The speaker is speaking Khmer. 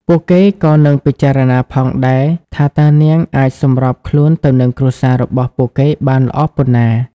ពួកគេក៏នឹងពិចារណាផងដែរថាតើនាងអាចសម្របខ្លួនទៅនឹងគ្រួសាររបស់ពួកគេបានល្អប៉ុណ្ណា។